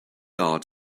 art